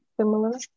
Similar